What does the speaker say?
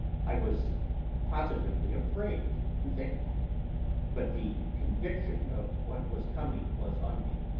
i was positively afraid to think but the conviction of what was coming was on me,